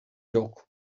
жок